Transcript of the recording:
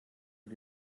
wir